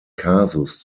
kasus